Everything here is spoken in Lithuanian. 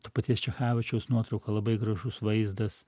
to paties čechavičiaus nuotrauka labai gražus vaizdas